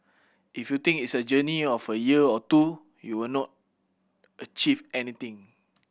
if you think it's a journey of a year or two you will not achieve anything